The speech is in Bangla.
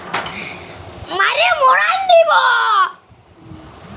এগ্রো ভোল্টাইক সিস্টেম হছে ইক ধরলের পরযুক্তি বিজ্ঞালে তৈরি চাষের ব্যবস্থা